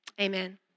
Amen